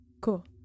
cool